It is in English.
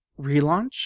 relaunch